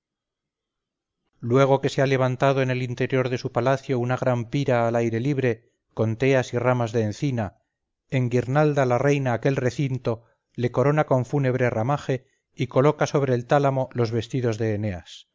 luego que se ha levantado en el interior de su palacio una gran pira al aire libre con teas y ramas de encina enguirnalda la reina aquel recinto le corona con fúnebre ramaje y coloca sobre el tálamo los vestidos de eneas